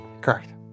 Correct